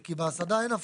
כי בהסעדה אין הפרשה.